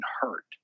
hurt